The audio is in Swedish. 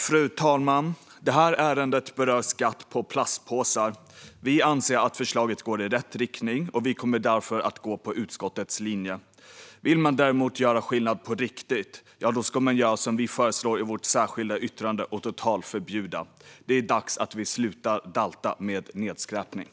Fru talman! Det här ärendet berör skatt på plastpåsar. Vi anser att förslaget går i rätt riktning, och vi kommer därför att gå på utskottets linje. Vill man däremot göra skillnad på riktigt ska man göra som vi föreslår i vårt särskilda yttrande och införa ett totalförbud. Det är dags att vi slutar dalta med nedskräpningen.